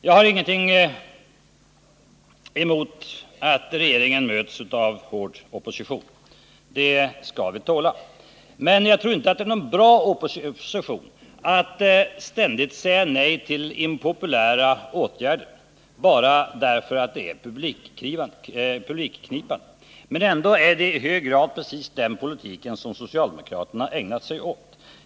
Jag har ingenting emot att regeringen möts av hård opposition — det skall vi tåla. Men jag tror inte att det är någon bra opposition att ständigt säga nej till impopulära åtgärder bara därför att det är publikknipande. Ändå är det i hög grad precis den politiken som socialdemokraterna har ägnat sig åt.